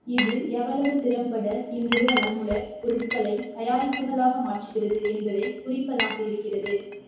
இது எவ்வளவு திறம்பட இந்நிறுவனம் மூல பொருட்களைத் தயாரிப்புகளாக மாற்றுகிறது என்பதைக் குறிப்பதாக இருக்கிறது